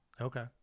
Okay